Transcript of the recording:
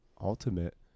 ultimate